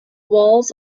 walls